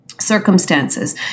circumstances